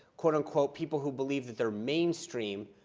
quote unquote, people who believe that they're mainstream